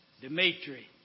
Dimitri